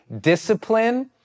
discipline